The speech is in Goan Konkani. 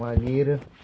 मागीर